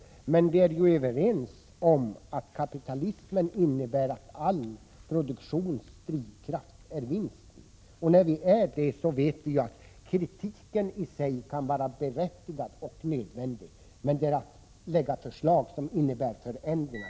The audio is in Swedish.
Eftersom vi är överens om att kapitalism innebär att drivkraften i all produktion är vinsten, borde vi också veta att kritiken i sig kan vara berättigad och nödvändig, men det viktiga är att lägga fram förslag som innebär förändringar.